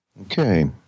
Okay